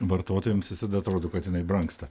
vartotojams visada atrodo kad jinai brangsta